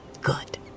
good